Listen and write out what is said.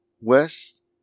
West